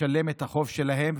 לשלם את החוב שלהם.